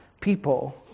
people